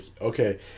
okay